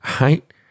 right